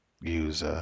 use